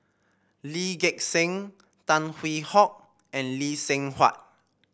Lee Gek Seng Tan Hwee Hock and Lee Seng Huat